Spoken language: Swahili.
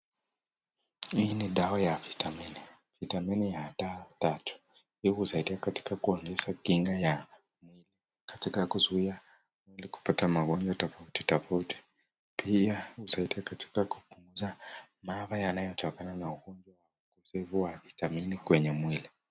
Hii ni dawa ya vitamini, vitamini ya D3.Hii husaidia katika kuongeza kinga ya mwili katika kuzuia mwili kupata magonjwa tofauti tofauti. Pia husaidia katika kupunguza maafa yanayotokana na ugonjwa wa ukosefu wa vitamini kwenye mwili.